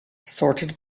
sorted